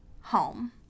home